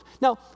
Now